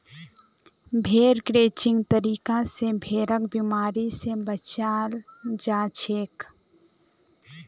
भेड़ क्रचिंग तरीका स भेड़क बिमारी स बचाल जाछेक